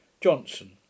Johnson